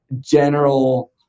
general